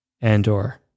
Andor